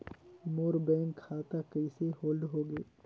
मोर bank खाता कइसे hold होगे?